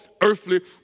earthly